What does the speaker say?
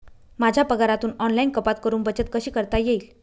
माझ्या पगारातून ऑनलाइन कपात करुन बचत कशी करता येईल?